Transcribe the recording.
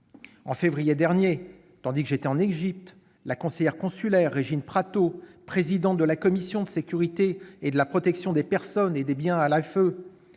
de février dernier, tandis que j'étais en Égypte, la conseillère consulaire Régine Prato, présidente de la commission de la sécurité et de la protection des personnes et des biens à